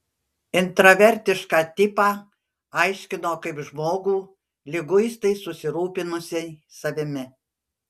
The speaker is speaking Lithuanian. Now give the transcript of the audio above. intravertišką tipą aiškino kaip žmogų liguistai susirūpinusį savimi